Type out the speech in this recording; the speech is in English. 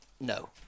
No